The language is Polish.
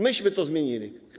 Myśmy to zmienili.